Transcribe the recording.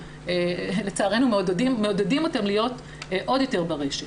לצערנו מעודדים אותם להיות עוד יותר ברשת.